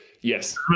yes